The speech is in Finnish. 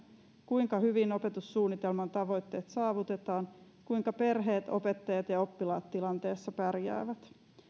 kuinka hyvin opetussuunnitelman tavoitteet saavutetaan kuinka perheet opettajat ja oppilaat tilanteessa pärjäävät